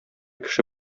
кеше